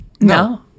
No